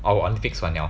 oh Olympics 完 liao